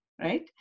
right